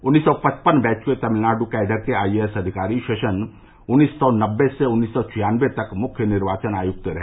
उन्नीस सौ पचपन बैच के तमिलनाडु कैडर के आईएएस अधिकारी शेषन उन्नीस सौ नब्बे से उन्नीस सौ छियानवे तक मुख्य निर्वाचन आयुक्त रहे